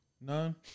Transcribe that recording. None